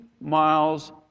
miles